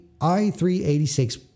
i386